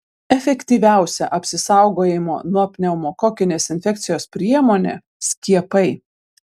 efektyviausia apsisaugojimo nuo pneumokokinės infekcijos priemonė skiepai